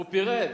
הוא פירט.